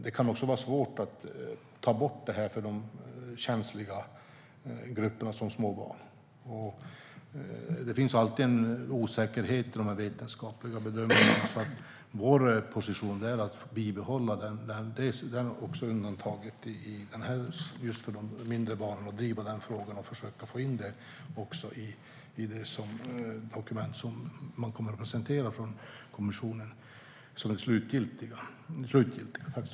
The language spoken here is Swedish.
Det kan också vara svårt att ta bort det här, för känsliga grupper, som små barn. Det finns alltid en osäkerhet när det gäller de vetenskapliga bedömningarna. Vår position är alltså att vi ska behålla undantaget just för de mindre barnen och driva frågan och försöka få in det i det slutgiltiga dokument som kommissionen kommer att presentera.